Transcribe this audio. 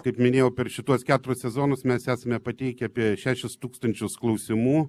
kaip minėjau per šituos keturis sezonus mes esame pateikę apie šešis tūkstančius klausimų